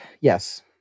yes